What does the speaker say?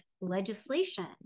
legislation